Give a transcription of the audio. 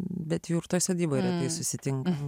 bet jurtose gyvai susitinkame